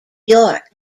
york